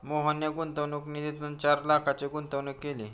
मोहनने गुंतवणूक निधीतून चार लाखांची गुंतवणूक केली